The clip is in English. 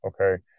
Okay